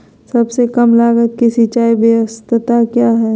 सबसे कम लगत की सिंचाई ब्यास्ता क्या है?